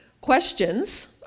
Questions